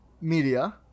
media